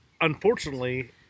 unfortunately